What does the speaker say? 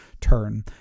turn